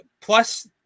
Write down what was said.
Plus